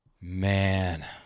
Man